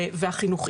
והחינוכי.